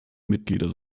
mitglieder